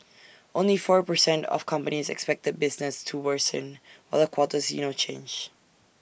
only four per cent of companies expected business to worsen while A quarter see no change